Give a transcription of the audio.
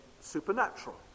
supernatural